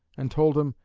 and told him,